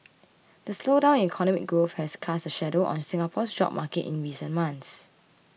the slowdown in economic growth has cast a shadow on Singapore's job market in recent months